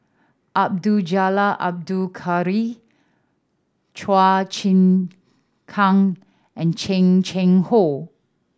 Abdul Jalil Abdul Kadir Chua Chim Kang and Chan Chang How